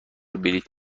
بلیط